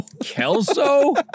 Kelso